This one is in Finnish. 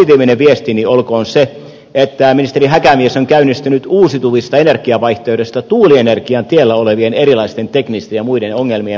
positiivinen viestini olkoon se että ministeri häkämies on käynnistänyt uusiutuvista energiavaihtoehdoista tuulienergian tiellä olevien erilaisten teknisten ja muiden ongelmien poistamisen